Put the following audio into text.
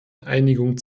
einigung